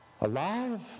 Alive